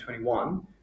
2021